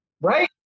right